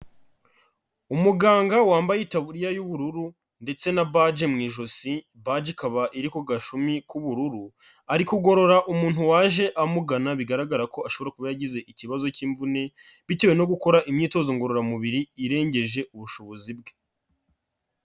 Umuganga wambaye itaburiya y'ubururu ndetse na baje mu ijosi, baje ikaba iri ku gashumi k'ubururu, ari kugorora umuntu waje amugana bigaragara ko ashobora kuba yagize ikibazo cy'imvune bitewe no gukora imyitozo ngororamubiri irengeje ubushobozi bwe.